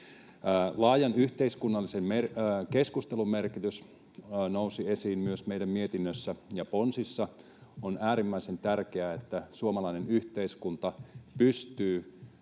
Laajan yhteiskunnallisen keskustelun merkitys nousi esiin myös meidän mietinnössä ja ponsissa. On äärimmäisen tärkeää, että suomalainen yhteiskunta yhä